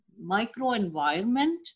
microenvironment